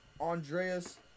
Andreas